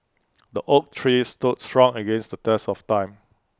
the oak tree stood strong against the test of time